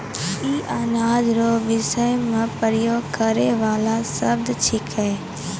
ई अनाज रो विषय मे प्रयोग करै वाला शब्द छिकै